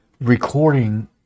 recording